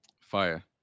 fire